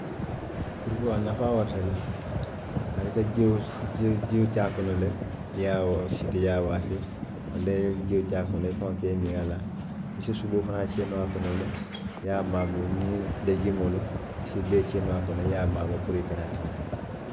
Firikoo a nafaa warata le, bari i ka jio, jio jio ke a kono le, i ye a siti i ye a waafi walla i ye jio ke a kono, i faŋo ka i miŋ a la, i si suboo fanaŋ kee noo a kono le, i ye a maaboo niŋ i ye lejimoolu i si bee kee noo a kono le puru a kana tiñaa